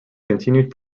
continued